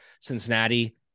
Cincinnati